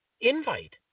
invite